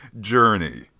journey